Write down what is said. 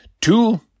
Two